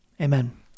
Amen